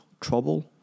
Trouble